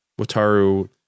Wataru